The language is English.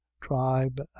TRIBE